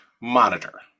monitor